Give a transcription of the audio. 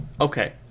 okay